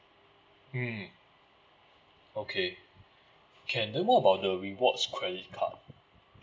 mm okay can then what about the rewards credit card